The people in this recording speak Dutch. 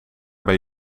bij